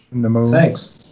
Thanks